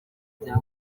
bya